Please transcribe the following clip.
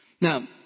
Now